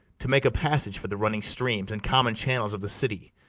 to make a passage for the running streams and common channels of the city.